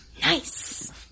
Nice